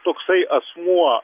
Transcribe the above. toksai asmuo